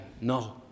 No